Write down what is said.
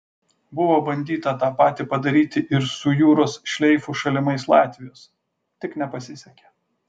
buvo bandyta tą patį padaryti ir su jūros šleifu šalimais latvijos tik nepasisekė